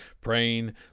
praying